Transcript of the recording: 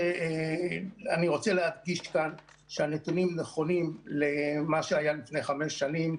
אני רוצה להדגיש כאן שהנתונים נכונים למה שהיה לפני חמש שנים,